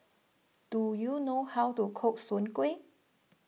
do you know how to cook Soon Kway